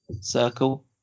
circle